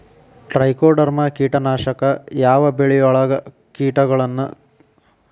Trichoderma ಕೇಟನಾಶಕ ಯಾವ ಬೆಳಿಗೊಳ ಕೇಟಗೊಳ್ನ ತಡಿತೇತಿರಿ?